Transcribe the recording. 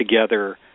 together